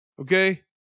okay